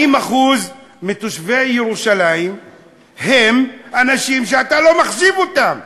40% מתושבי ירושלים הם אנשים שאתה לא מחשיב אותם,